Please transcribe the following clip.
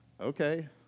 Okay